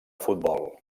futbol